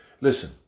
listen